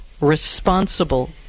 responsible